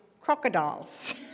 crocodiles